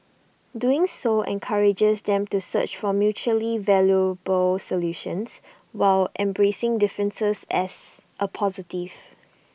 doing so encourages them to search for mutually valuable solutions while embracing differences as A positive